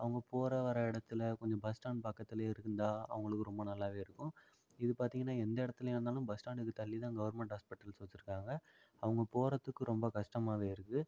அவங்க போகிற வர இடத்துல கொஞ்சம் பஸ் ஸ்டாண்ட் பக்கத்துலேயே இருந்தால் அவங்களுக்கு ரொம்ப நல்லாவே இருக்கும் இது பார்த்திங்கன்னா எந்த இடத்துலியா இருந்தாலும் பஸ் ஸ்டாண்டுக்கு தள்ளிதான் கவுர்மெண்ட் ஹாஸ்பிட்டல்ஸ் வச்சிருக்காங்க அவங்க போகிறத்துக்கு ரொம்ப கஷ்டமாகவே இருக்குது